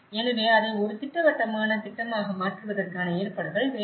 எனவே அதை ஒரு திட்டவட்டமான திட்டமாக மாற்றுவதற்கான ஏற்பாடுகள் வேண்டும்